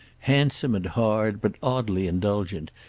handsome and hard but oddly indulgent,